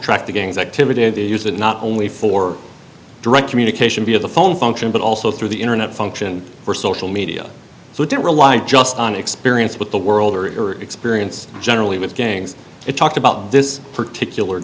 tracked the gangs activity of the use of not only for direct communication via the phone function but also through the internet function for social media so it didn't rely just on experience with the world or experience generally with gangs it talked about this particular